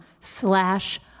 slash